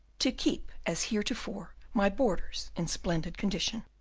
to keep as heretofore my borders in splendid condition.